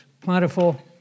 plentiful